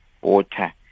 water